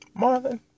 Marlon